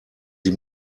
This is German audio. sie